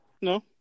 No